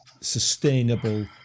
sustainable